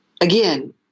again